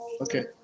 Okay